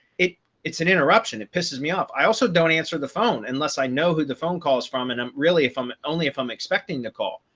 it it's an interruption it pisses me off, i also don't answer the phone unless i know who the phone calls from. and i'm really if i'm only if i'm expecting the call,